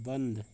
बंद